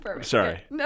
sorry